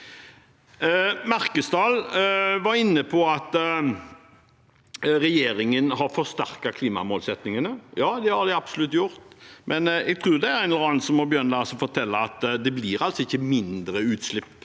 Merkesdal var inne på at regjeringen har forsterket klimamålsettingene. Ja, det har de absolutt gjort, men jeg tror at en eller annen må begynne å fortelle at det ikke blir mindre utslipp